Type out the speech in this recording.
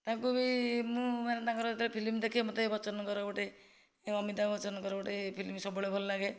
ତାଙ୍କୁ ବି ମୁଁ ମାନେ ତାଙ୍କର ଯେତେବେଳେ ଫିଲ୍ମ ଦେଖେ ମତେ ବଚନଙ୍କର ଗୋଟେ ଅମିତା ବଚନଙ୍କର ଗୋଟେ ଫିଲ୍ମ ସବୁବେଳେ ଭଲ ଲାଗେ